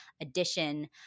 edition